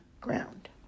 ground